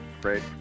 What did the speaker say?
Great